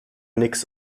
nix